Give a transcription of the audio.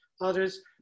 others